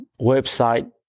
website